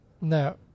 No